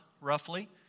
roughly